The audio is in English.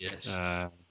Yes